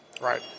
Right